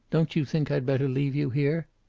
don't you think i'd better leave you here?